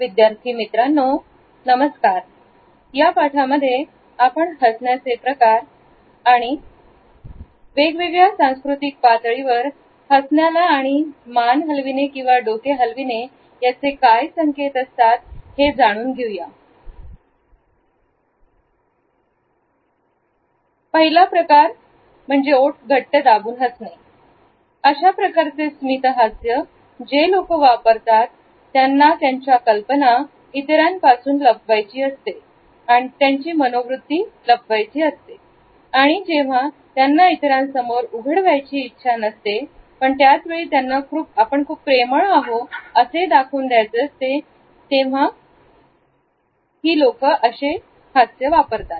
विद्यार्थी मित्रांनो नमस्कार या पाठांमध्ये आपण हसण्याचे प्रकार बहु त्यामध्ये वेगवेगळ्या सांस्कृतिक पातळीवर हसण्याला आणि मान हलविणे याचे काय संकेत असतात हे जाणून घेऊ पहिला प्रकार त्याने सांगितलेला आहे तो म्हणजे ओढ घट्ट दाबून हसणे अशाप्रकारचे स्मित हास्य ते लोक वापरतात ज्यांना त्यांच्या कल्पना इतरांपासून लपवायची असतात त्यांची मनोवृत्ती लपवायचे असते आणि जेव्हा त्यांना इतरांसमोर उघड व्हायची इच्छा नसते पण त्याच वेळी आपण खूप प्रेमळ आहो असे दाखवून देतात